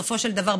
בסופו של דבר,